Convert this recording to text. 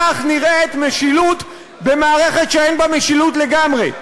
כך נראית משילות במערכת שאין בה משילות לגמרי.